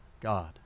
God